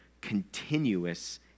continuous